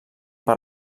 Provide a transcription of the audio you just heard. per